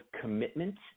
commitment